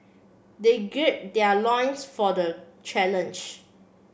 they gird their loins for the challenge